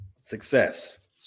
Success